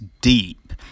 Deep